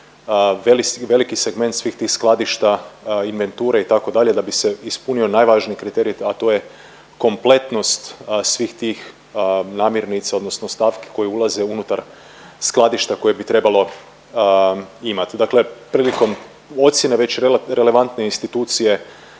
veliki segment svih tih skladišta, inventure itd. da bi se ispunio najvažniji kriterij, a to je kompletnost svih tih namirnica odnosno stavki koje ulaze unutar skladišta koje bi trebalo imat. Dakle prilikom ocijene već relevantne institucije